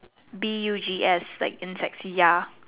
B U G S like insects ya